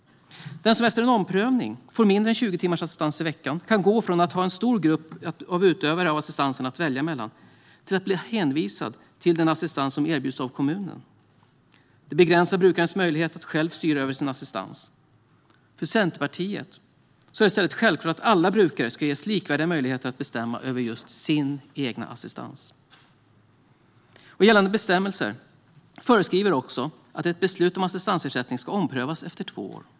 Den som efter en omprövning får mindre än 20 timmars assistans i veckan kan gå från att ha en stor grupp utövare av assistans att välja mellan till att bli hänvisad till den assistans som erbjuds av kommunen. Det begränsar brukarens möjlighet att själv styra över sin assistans. För Centerpartiet är det i stället självklart att alla brukare ska ges likvärdiga möjligheter att bestämma över sin egen assistans. Gällande bestämmelser föreskriver också att ett beslut om assistansersättning ska omprövas efter två år.